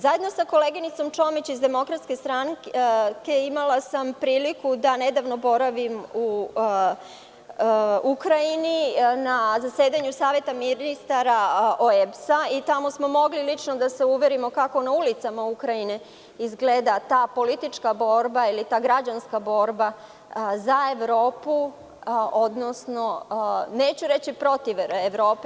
Zajedno sa koleginicom Čomić iz DS imala sam priliku da nedavno boravim u Ukrajini, a na zasedanju Saveta ministara OEBS-a, i tamo smo mogli lično da se uverimo kako na ulicama Ukrajine izgleda ta politička borba ili ta građanska borba za Evropu, neću reći protiv Evrope.